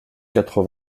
quatre